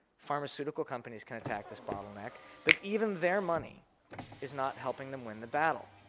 pharmaceutical companies can attack this bottleneck, but even their money is not helping them win the battle.